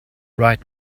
right